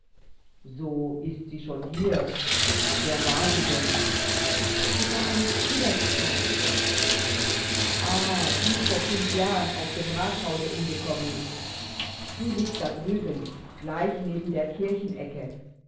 so ist die schon hier wer war sie denn sie war eine spielersfrau ah die vor fünf jahren auf dem rathause umgekommen ist die liegt da drüben gleich neben der kirchenecke